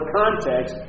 context